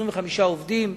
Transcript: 25 עובדים,